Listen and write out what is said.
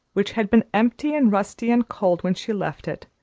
which had been empty and rusty and cold when she left it,